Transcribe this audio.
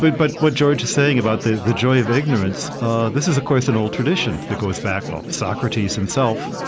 but but what george is saying about the the joy of ignorance ah this is, of course, an old tradition that goes back well, socrates himself,